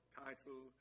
title